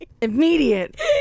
immediate